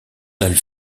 dalles